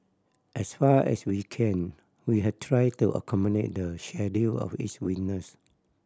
as far as we can we have tried to accommodate the schedule of each witness